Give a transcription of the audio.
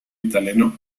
italiano